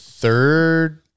third